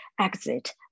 exit